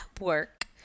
work